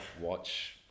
watch